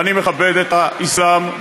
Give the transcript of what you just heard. ואני מכבד את האסלאם,